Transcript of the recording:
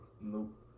Nope